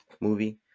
movie